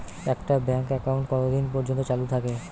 একটা bank account কতদিন পর্যন্ত চালু থাকে?